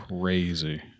Crazy